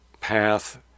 path